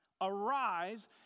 arise